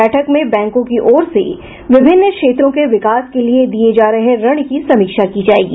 बैठक में बैंकों की ओर से विभिन्न क्षेत्रों के विकास के लिये दिये जा रहे ऋण की समीक्षा की जायेगी